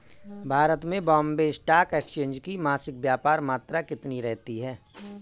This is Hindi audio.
भारत में बॉम्बे स्टॉक एक्सचेंज की मासिक व्यापार मात्रा कितनी रहती है?